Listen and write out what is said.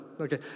okay